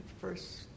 first